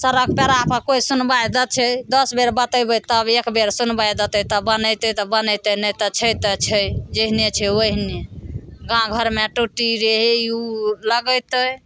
सड़क पेड़ा पर कोइ सुनबाइ दै छै दस बेर बतेबै तब एक बेर सुनबाइ देतै तब बनेतै तऽ बनेतै नहि तऽ छै तऽ छै जेहने छै ओहने गाँव घरमे टूटी रे हे ई ओ लगेतै